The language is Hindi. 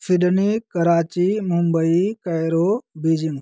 Sydney Karachi Mumbai Cairo Beijing